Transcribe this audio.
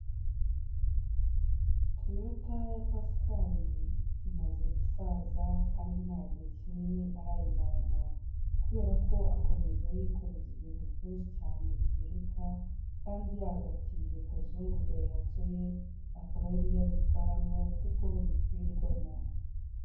Toyota ya Paskari imaze gusaza kandi nta gihe kinini arayimarana kubera ko akomeza ayikoreza ibintu byinshi cyane biyiruta, kandi yagatiye Kazungu dayihatso akaba ariyo abitwaramo kuko bikwirwamo.